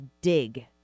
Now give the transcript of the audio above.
Dig